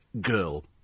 girl